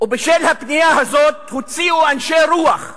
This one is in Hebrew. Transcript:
ובשל הפנייה הזאת הוציאו אנשי רוח,